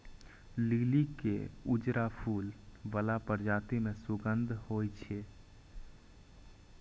लिली के उजरा फूल बला प्रजाति मे सुगंध होइ छै